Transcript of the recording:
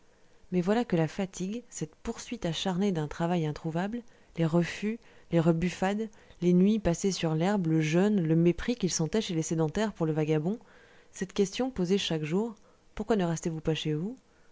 mais voilà que la fatigue cette poursuite acharnée d'un travail introuvable les refus les rebuffades les nuits passées sur l'herbe le jeûne le mépris qu'il sentait chez les sédentaires pour le vagabond cette question posée chaque jour pourquoi ne restez vous pas chez vous